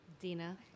Dina